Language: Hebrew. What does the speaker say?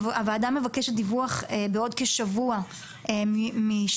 הוועדה מבקשת דיווח בעוד כשבוע משתי